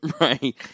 Right